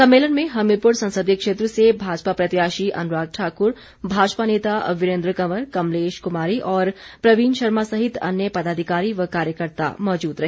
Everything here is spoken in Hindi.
सम्मेलन में हमीरपूर संसदीय क्षेत्र से भाजपा प्रत्याशी अनुराग ठाक्र भाजपा नेता वीरेन्द्र कंवर कमलेश कुमारी और प्रवीण शर्मा सहित अन्य पदाधिकारी व कार्यकर्ता मौजूद रहे